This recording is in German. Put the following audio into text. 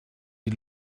die